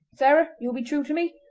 sarah, you'll be true to me?